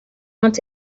want